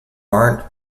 aren’t